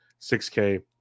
6K